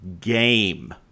game